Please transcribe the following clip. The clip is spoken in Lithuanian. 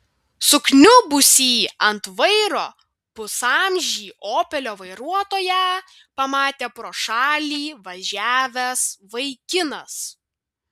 sukniubusį ant vairo pusamžį opelio vairuotoją pamatė pro šalį važiavęs vaikinas